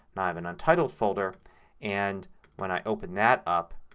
an untitled folder and when i open that up,